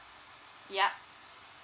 ya